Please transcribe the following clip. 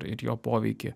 ir jo poveikį